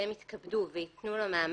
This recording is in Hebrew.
שהם יתכבדו ויתנו לו מעמד.